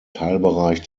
teilbereich